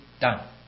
done